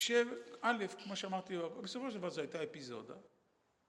שאלף, כמו שאמרתי, בסופו של דבר זו הייתה אפיזודה